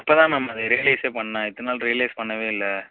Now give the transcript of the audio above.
இப்போ தான் மேம் அது ரியலைஸே பண்ணிணேன் இத்தனை நாள் ரியலைஸ் பண்ணவே இல்லை